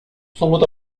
somut